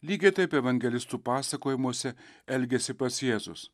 lygiai taip evangelistų pasakojimuose elgiasi pats jėzus